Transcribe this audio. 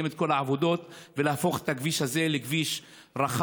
את כל העבודות ולהפוך את הכביש הזה לכביש רחב,